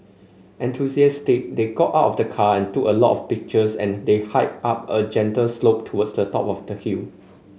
enthusiastic they got out of the car and took a lot of pictures and they hiked up a gentle slope towards the top of the hill